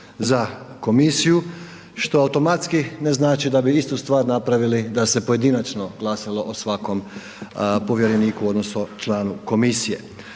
za komisiju što automatski ne znači da bi istu stvar napravili da se pojedinačno glasalo o svakom povjereniku odnosno članu komisije.